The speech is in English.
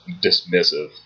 dismissive